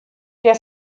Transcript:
der